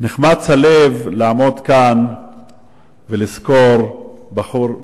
נחמץ הלב לעמוד כאן ולזכור בחור כארז,